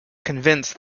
convinced